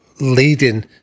leading